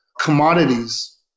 commodities